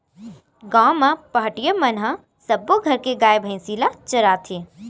गाँव म पहाटिया मन ह सब्बो घर के गाय, भइसी ल चराथे